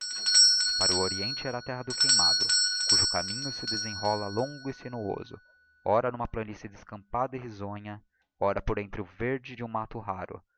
para o oriente era a terra do queimado cujo caminho se desenrola longo e sinuoso ora n'uma planice descampada e risonha ora por entre o verde de um matto raro